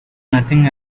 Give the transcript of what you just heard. nothing